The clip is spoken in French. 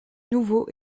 nouveau